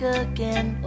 again